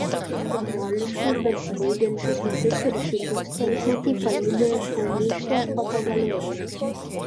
simboliškai besibaigiančius metus ir šį tūkstantmetį palydi kauniškė fotogalerija